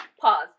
pause